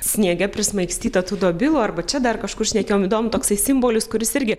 sniege prismaigstyta tų dobilų arba čia dar kažkur šnekėjom įdomu toksai simbolis kuris irgi